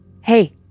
Hey